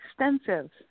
extensive